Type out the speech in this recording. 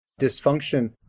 Dysfunction